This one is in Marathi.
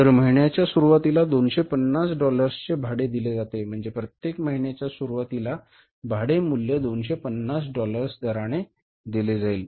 दर महिन्याच्या सुरूवातीला 250 डॉलर्सचे भाडे दिले जाते म्हणजे प्रत्येक महिन्याच्या सुरूवातीला भाडे मूल्य 250 डॉलर्स दराने दिले जाईल